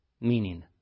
meaning